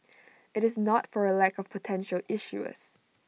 IT is not for A lack of potential issuers